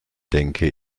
denke